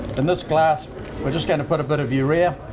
in this glass, we're just going to put a bit of urea.